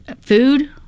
food